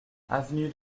avenue